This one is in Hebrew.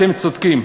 אתם צודקים.